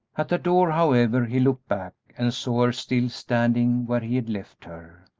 at the door, however, he looked back and saw her still standing where he had left her.